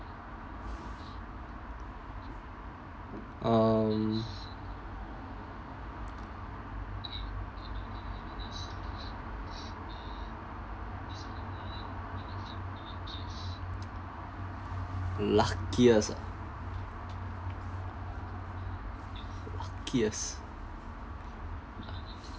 um luckiest ah luckiest